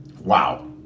Wow